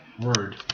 Word